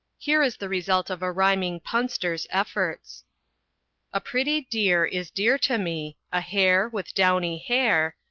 here is the result of a rhyming punster's efforts a pretty deer is dear to me, a hare with downy hair,